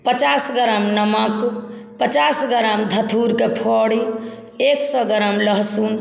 पचास ग्राम नमक पचास ग्राम धतूर का फौड़ी एक सौ ग्राम लहसुन